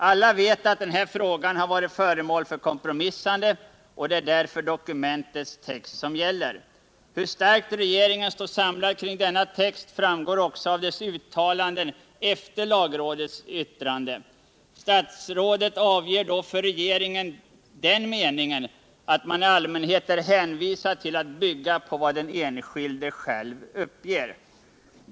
Alla vet att denna fråga varit föremål för kompromissande och det är därför dokumentets text som gäller. Hur starkt regeringen står samlad kring denna text framgår också av dess uttalanden efter lagrådets yttrande. Statsrådet avger då för regeringen den meningen att man i allmänhet är hänvisad till att bygga på vad den enskilde själv uppger.